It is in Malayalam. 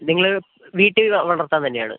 നിങ്ങൾ വീട്ടിൽ വളർത്താൻ തന്നെയാണ്